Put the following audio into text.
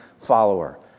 follower